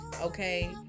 okay